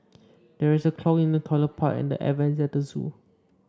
there is a clog in the toilet pipe and the air vents at the zoo